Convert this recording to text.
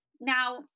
Now